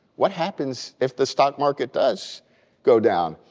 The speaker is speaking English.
what happens if the stock market does go down?